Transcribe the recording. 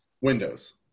Windows